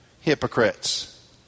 hypocrites